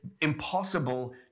impossible